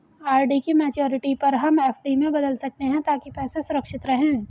RD की maturity पर हम एफ.डी में बदल सकते है ताकि पैसे सुरक्षित रहें